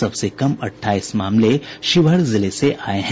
सबसे कम अठाईस मामले शिवहर जिले से आये हैं